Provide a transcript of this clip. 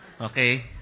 Okay